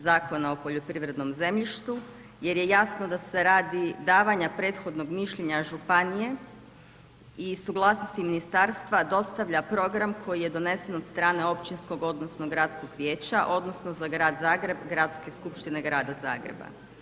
Zakona o poljoprivrednom zemljištu jer je jasno da se radi davanja prethodnog mišljenja županije i suglasnosti ministarstva dostavlja program koji je donesen od strane Općinskog odnosno Gradskog vijeća, odnosno za grad Zagreb Gradske skupštine grada Zagreba.